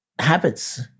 habits